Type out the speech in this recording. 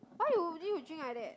why you you drink like that